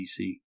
BC